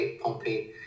Pompey